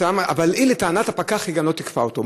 אבל לטענת הפקח היא לא תיקפה אותו.